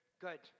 good